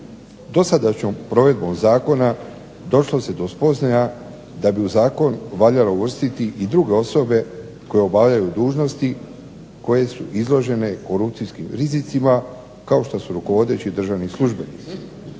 Dosadašnjom provedbom zakona došlo se do spoznaja da bi u zakon valjalo uvrstiti i druge osobe koje obavljaju dužnosti koje su izložene korupcijskim rizicima kao što su rukovodeći državni službenici,